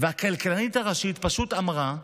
והכלכלנית הראשית פשוט אמרה: